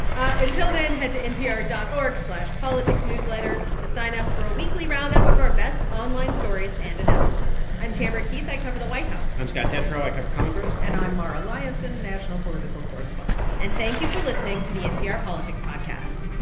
until then, head to npr dot org slash politicsnewsletter to sign up for a weekly roundup of our best online stories and analysis. i'm tamara keith. i cover the white house i'm scott detrow. i cover congress and i'm mara liasson, national political correspondent and thank you for listening to the npr politics podcast